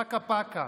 פקה-פקה?